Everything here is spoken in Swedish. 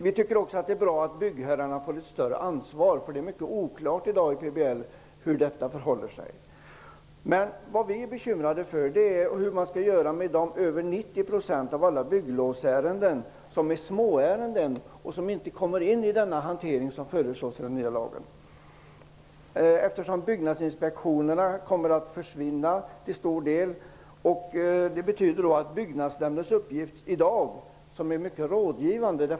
Vi tycker också att det är bra att byggherrarna får ett större ansvar, för det är mycket oklart i PBL i dag hur det skall vara. Vad vi är bekymrade för är hur man skall göra med de över 90 % av bygglovsärendena som är småärenden och som inte omfattas av den hantering som föreslås i den nya lagen. Byggnadsinspektionerna kommer att till stor del försvinna. Byggnadsnämndens uppgift i dag är rådgivande.